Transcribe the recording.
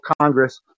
Congress